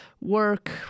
work